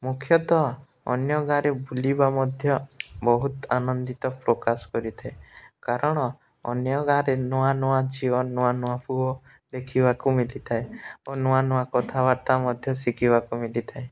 ମୁଖ୍ୟତଃ ଅନ୍ୟ ଗାଁରେ ବୁଲିବା ମଧ୍ୟ ବହୁତ ଆନନ୍ଦିତ ପ୍ରକାଶ କରିଥାଏ କାରଣ ଅନ୍ୟ ଗାଁରେ ନୂଆ ନୂଆ ଝିଅ ନୂଆ ନୂଆ ପୁଅ ଦେଖିବାକୁ ମିଲିଥାଏ ଓ ନୂଆ ନୂଆ କଥାବାର୍ତ୍ତା ମଧ୍ୟ ଶିଖିବାକୁ ମିଲିଥାଏ